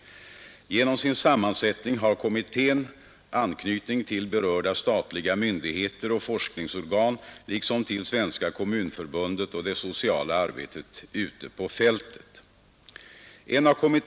Genom sin sammansättning har kommittén anknytning till berörda statliga myndigheter och forskningsorgan liksom till Svenska kommunförbundet och det sociala arbetet ute på fältet.